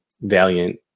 Valiant